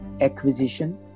acquisition